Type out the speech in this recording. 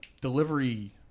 delivery